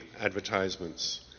advertisements